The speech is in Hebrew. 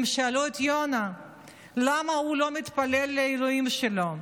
הם שאלו את יונה למה הוא לא מתפלל לאלוהים שלו.